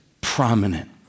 prominent